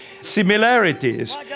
similarities